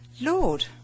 Lord